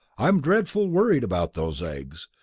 i'm dreadful worried about those eggs.